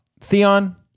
Theon